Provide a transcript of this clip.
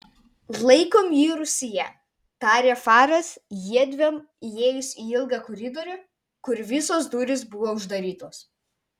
laikom jį rūsyje tarė faras jiedviem įėjus į ilgą koridorių kur visos durys buvo uždarytos